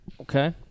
okay